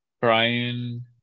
Brian